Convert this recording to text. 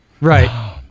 Right